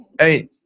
Hey